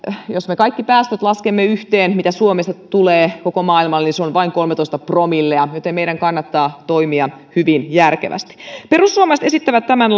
jos me kaikki päästöt laskemme yhteen mitä suomesta tulee koko maailmaan niin se on vain kolmetoista promillea joten meidän kannattaa toimia hyvin järkevästi perussuomalaiset esittävät tämän